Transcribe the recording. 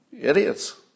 Idiots